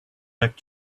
back